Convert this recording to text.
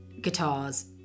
guitars